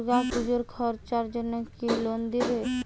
দূর্গাপুজোর খরচার জন্য কি লোন পাব?